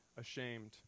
ashamed